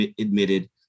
admitted